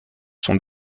sont